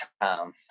time